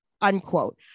unquote